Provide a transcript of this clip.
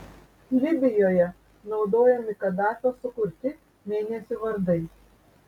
libijoje naudojami kadafio sukurti mėnesių vardai